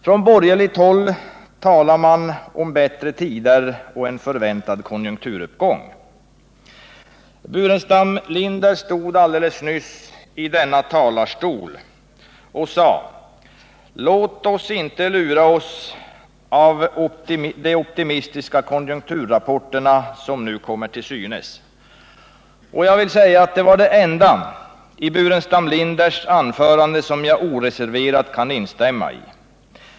Från borgerligt håll talar man om bättre tider och en förväntad konjunkturuppgång. Staffan Burenstam Linder stod alldeles nyss i denna talarstol och sade: Låt oss inte luras av de optimistiska konjukturrapporter som nu kommer till synes. Det var det enda i Staffan Burenstam Linders anförande som jag oreserverat kan instämma i.